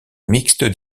mixte